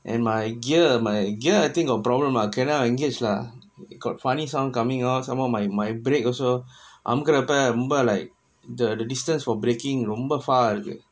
and my gear my gear I think got problem ah cannot engage lah got funny sounds coming out some more my my break also I'm gonna அமுக்குறப்போ ரொம்ப:amukkurappo romba like the distance for breaking ரொம்ப:romba far இருக்கு:irukku